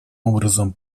образом